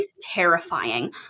terrifying